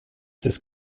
des